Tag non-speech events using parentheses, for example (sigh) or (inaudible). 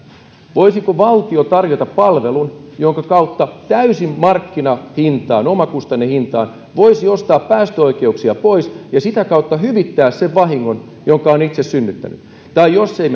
voisiko valtio tarjota palvelun jonka kautta täysin markkinahintaan omakustannehintaan voisi ostaa päästöoikeuksia pois ja sitä kautta hyvittää sen vahingon jonka on itse synnyttänyt tai jos ei (unintelligible)